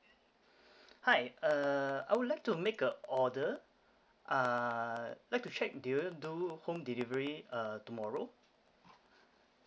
hi uh I would like to make a order uh like to check do you do home delivery uh tomorrow